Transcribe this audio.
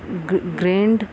grand